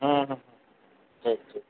ହୁଁ ହୁଁ ଠିକ୍ ଠିକ୍